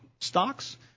stocks